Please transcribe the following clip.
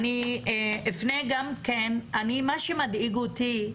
מה שמדאיג אותי,